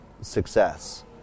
success